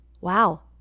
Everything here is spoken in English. wow